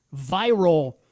viral